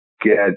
get